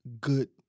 good